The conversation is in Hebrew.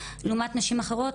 לעומת נשים אחרות,